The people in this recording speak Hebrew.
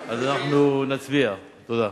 אז אנחנו נצביע, תודה.